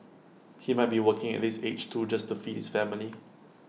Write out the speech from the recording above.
he might be working at this age too just to feed his family